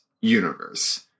universe